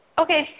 Okay